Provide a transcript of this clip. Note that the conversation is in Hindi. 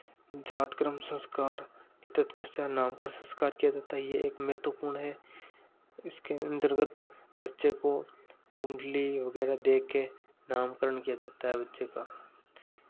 जातकर्म संस्कार के तत्पश्चात नामकरण संस्कार किया जाता है ये एक महत्वपूर्ण है इसके अन्तर्गत बच्चे को कुंडली वगैरह देख के नामकरण किया जाता है बच्चे का